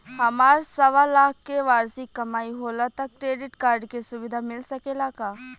हमार सवालाख के वार्षिक कमाई होला त क्रेडिट कार्ड के सुविधा मिल सकेला का?